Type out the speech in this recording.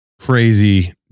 Crazy